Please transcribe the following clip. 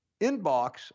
inbox